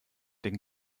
den